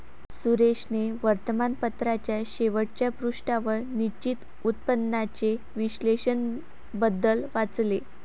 सुरेशने वर्तमानपत्राच्या शेवटच्या पृष्ठावर निश्चित उत्पन्नाचे विश्लेषण बद्दल वाचले